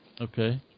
Okay